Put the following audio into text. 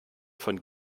von